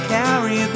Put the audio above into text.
carry